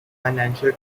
financial